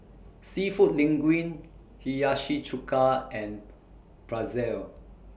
Seafood Linguine Hiyashi Chuka and Pretzel